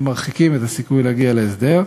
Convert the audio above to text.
הם מרחיקים את הסיכוי להגיע להסדר.